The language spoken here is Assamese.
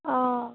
অঁ